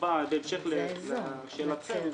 בהמשך לשאלתכם,